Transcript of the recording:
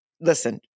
listen